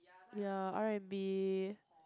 ya R and B